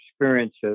experiences